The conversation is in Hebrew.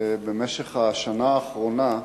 בשנה האחרונה,